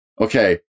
okay